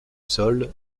sol